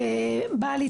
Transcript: שבוע טוב וצוהריים טובים,